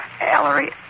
Ellery